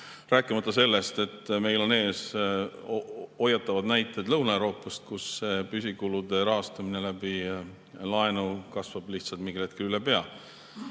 Rääkimata sellest, et meil on ees hoiatavad näited Lõuna-Euroopast, kus püsikulude rahastamine laenu abil kasvab lihtsalt mingil hetkel üle pea.